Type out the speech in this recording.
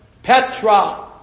Petra